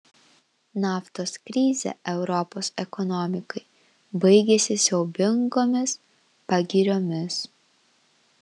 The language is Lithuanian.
naftos krizė europos ekonomikai baigėsi siaubingomis pagiriomis